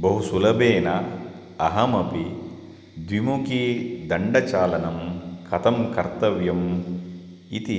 बहु सुलभेन अहमपि द्विमुखीदण्डचालनं कथं कर्तव्यम् इति